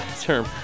term